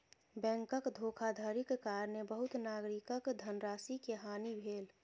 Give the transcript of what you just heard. बैंकक धोखाधड़ीक कारणेँ बहुत नागरिकक धनराशि के हानि भेल